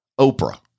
Oprah